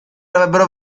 avrebbero